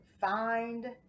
find